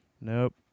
nope